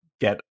get